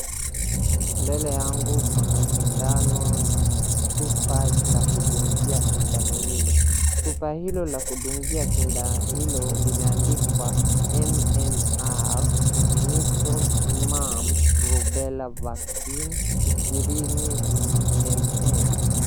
Mbele yangu kuna sindano na kuna chupa cha kudungia sindano hilo, chupa hilo la kudungia sindano hilo limeandikwa MMR,Measles, Mumps, Rubella Vaccine ishirini ml.